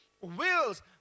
wills